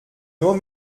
nur